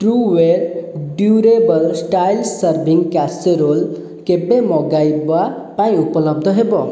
Trueware durable styles serving casserole କେବେ ମଗାଇବା ପାଇଁ ଉପଲବ୍ଧ ହେବ